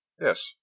Yes